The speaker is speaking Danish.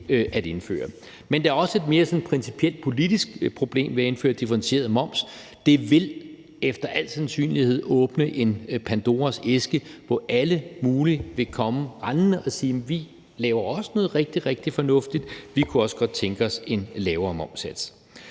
er der også et mere sådan principielt politisk problem ved at indføre differentieret moms, nemlig at det efter al sandsynlighed vil åbne en Pandoras æske, hvor alle mulige vil komme rendende og sige: Vi laver også noget rigtig, rigtig fornuftigt; vi kunne også godt tænke os en lavere momssats.